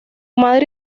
madre